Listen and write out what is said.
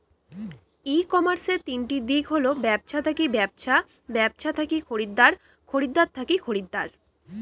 ই কমার্সের তিনটি দিক হল ব্যবছা থাকি ব্যবছা, ব্যবছা থাকি খরিদ্দার, খরিদ্দার থাকি খরিদ্দার